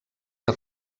que